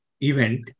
event